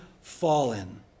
fallen